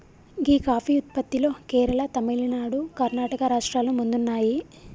గీ coffee ఉత్పత్తిలో కేరళ, తమిళనాడు, కర్ణాటక రాష్ట్రాలు ముందున్నాయి